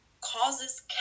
causes